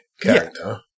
character